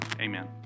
Amen